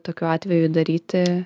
tokiu atveju daryti